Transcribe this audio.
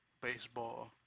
Baseball